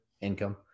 income